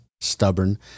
stubborn